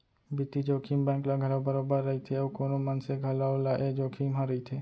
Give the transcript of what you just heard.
बित्तीय जोखिम बेंक ल घलौ बरोबर रइथे अउ कोनो मनसे घलौ ल ए जोखिम ह रइथे